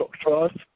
trust